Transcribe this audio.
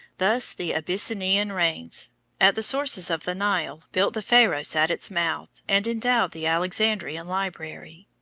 thus the abyssinian rains at the sources of the nile built the pharos at its mouth, and endowed the alexandrian library.